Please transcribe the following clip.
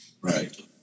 Right